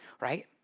right